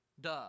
Duh